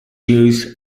used